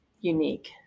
unique